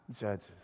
judges